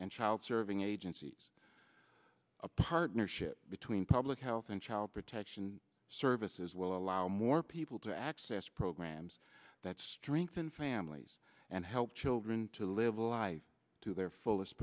and child serving agencies a partnership between public health and child protection services will allow more people to access programs that strengthen families and help building to live life to their fullest